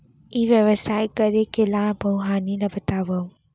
ई व्यवसाय करे के लाभ अऊ हानि ला बतावव?